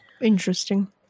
Interesting